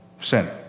Sin